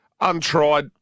Untried